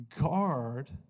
Guard